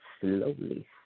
slowly